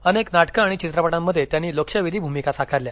अनेक नाटक आणि चित्रपटांमध्ये त्यांनी लक्षवेधी भूमिका साकारल्या